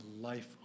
life